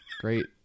Great